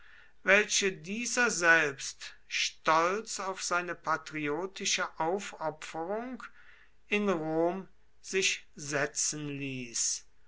welche dieser selbst stolz auf seine patriotische aufopferung in rom sich setzen ließ